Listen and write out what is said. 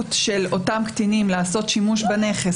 האפשרות של אותם קטינים לעשות שימוש בנכס